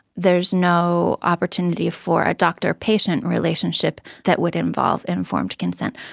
there's no opportunity for a doctor-patient relationship that would involve informed consent.